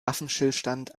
waffenstillstand